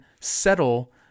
settle